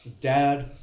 dad